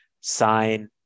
sign